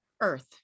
earth